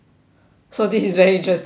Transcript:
so this is very interesting to you